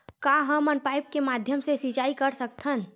का हमन पाइप के माध्यम से सिंचाई कर सकथन?